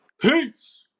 Peace